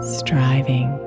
striving